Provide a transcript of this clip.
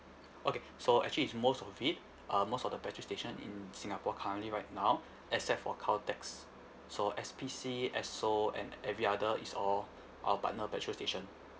okay so actually is most of it um most of the petrol station in singapore currently right now except for Caltex so S_P_C executive committee and every other is all our partner petrol station